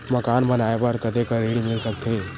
मकान बनाये बर कतेकन ऋण मिल सकथे?